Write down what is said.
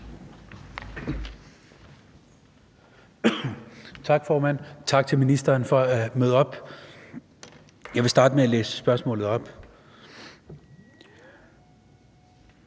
Tak, formand, og tak til ministeren for at møde op. Jeg vil starte med at læse spørgsmålet op.